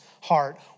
heart